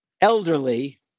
elderly